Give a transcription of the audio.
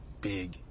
big